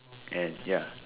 and ya